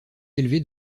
élevée